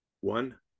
one